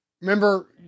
Remember